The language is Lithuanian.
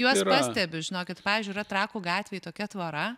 juos pastebiu žinokit pavyzdžiui yra trakų gatvėj tokia tvora